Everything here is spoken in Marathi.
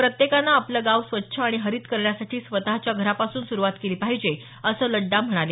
प्रत्येकाने आपले गाव स्वच्छ आणि हरित करण्यासाठी स्वतःच्या घरापासून सुरुवात केली पाहिजे असं लड्डा म्हणाले